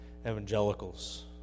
evangelicals